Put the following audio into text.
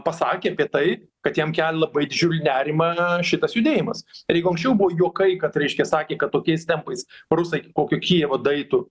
pasakė apie tai kad jam kelia labai didžiulį nerimą šitas judėjimas ir jeigu anksčiau buvo juokai kad reiškia sakė kad tokiais tempais rusai iki kokio kijevo daeitų